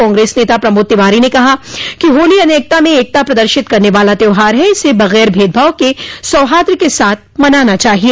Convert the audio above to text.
कांग्रेस नेता प्रमोद तिवारी ने कहा है कि होली अनेकता में एकता प्रदर्शित करने वाला त्यौहार है इसे बग़ैर भेदभाव के सौहार्द के साथ मनाना चाहिए